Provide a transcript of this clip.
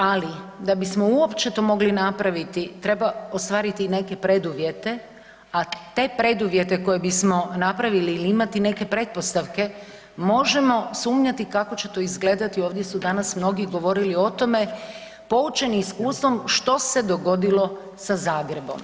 Ali da bismo uopće to mogli napraviti treba ostvariti neke preduvjete, a te preduvjete koje bismo napravili ili imati neke pretpostavke možemo sumnjati kako će to izgledati, ovdje su danas mnogi govorili o tome poučeni iskustvom što se dogodilo sa Zagrebom.